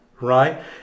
right